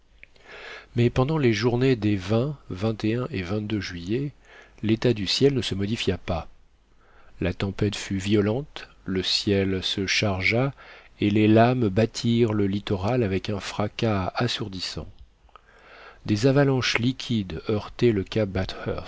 mais pendant les journées des et juillet l'état du ciel ne se modifia pas la tempête fut violente le ciel se chargea et les lames battirent le littoral avec un fracas assourdissant des avalanches liquides heurtaient le cap